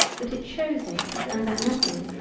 that it shows it and that nothing,